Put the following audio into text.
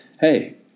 hey